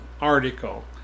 article